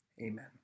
Amen